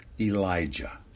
Elijah